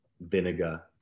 vinegar